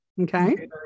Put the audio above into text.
Okay